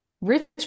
rich